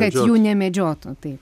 kad jų nemedžiotų taip